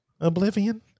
Oblivion